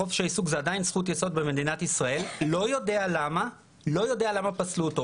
חופש העיסוק הוא עדיין זכות יסוד במדינת ישראל לא יודע למה פסלו אותו.